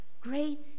great